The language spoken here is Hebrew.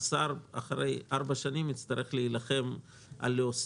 השר אחרי ארבע שנים יצטרך להילחם על הוספה.